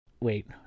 wait